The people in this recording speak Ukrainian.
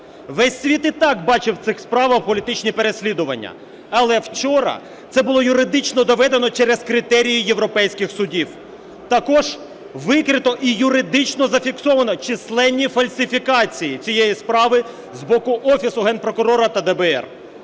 Весь світ і так бачив у цих справах політичні переслідування. Але вчора – це було юридично доведено через критерії європейських судів. Також викрито і юридично зафіксовано численні фальсифікації цієї справи з боку Офісу Генпрокурора та ДБР.